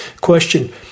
Question